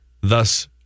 Thus